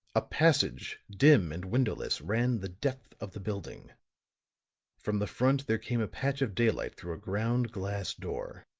a passage, dim and windowless, ran the depth of the building from the front there came a patch of daylight through a ground glass door.